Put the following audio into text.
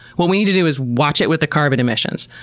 what we need to do is watch it with the carbon emissions.